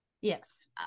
yes